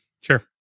Sure